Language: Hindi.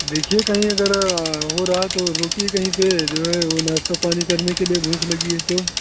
देखिये कहीं अगर हो रहा है तो रोकिये कहीं पर जो है वो नाश्ता पानी करने के लिए भूख लगी है तो